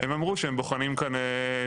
הם אמרו שהם בוחנים את הנושא,